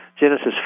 Genesis